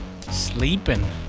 sleeping